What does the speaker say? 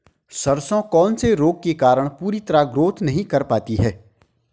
सरसों कौन से रोग के कारण पूरी तरह ग्रोथ नहीं कर पाती है?